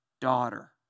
daughter